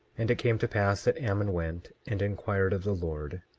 and it came to pass that ammon went and inquired of the lord,